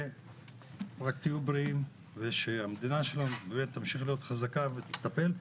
רק תהיו בריאים ושהמדינה שלנו תמשיך להיות חזקה ותטפל.